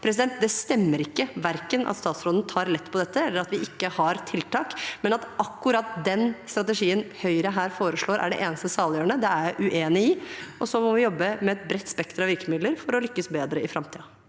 realfag. Det stemmer ikke, verken at statsråden tar lett på dette, eller at vi ikke har tiltak. At akkurat den strategien Høyre her foreslår, er det eneste saliggjørende, er jeg uenig i. Vi må jobbe med et bredt spekter av virkemidler for å lykkes bedre i framtiden.